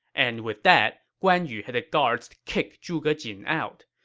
and with that, guan yu had the guards kick zhuge jin out.